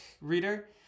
reader